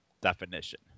definition